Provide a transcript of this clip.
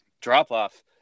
drop-off